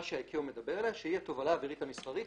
שה-ICAO מדבר עליה שהיא התובלה האווירית המסחרית,